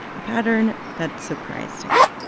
a pattern that surprised him.